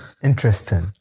Interesting